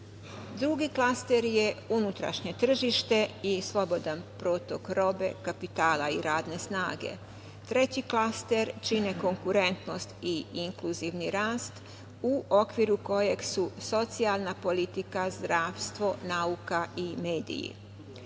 klaster je unutrašnje tržište i slobodan protok robe, kapitala i radne snage. Treći klaster čine konkurentnost i inkluzivni rast u okviru kojeg su socijalna politika, zdravstvo, nauka i mediji. Četvrti